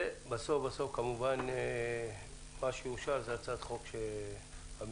ובסוף מה שיאושר זה כמובן הצעת החוק הממשלתית.